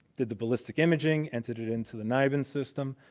did the ballistic imaging, entered it into the nibin system,